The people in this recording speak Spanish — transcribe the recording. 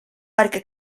parque